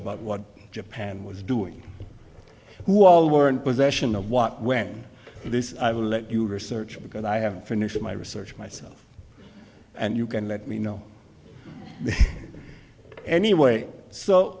about what japan was doing who all were in possession of what when this i will let you research because i have finished my research myself and you can let me know anyway so